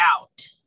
out